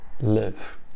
live